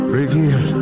reveal